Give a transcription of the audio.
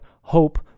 Hope